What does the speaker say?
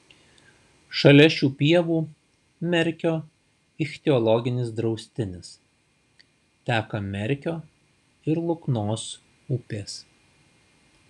šalia šių pievų merkio ichtiologinis draustinis teka merkio ir luknos upės